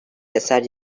eser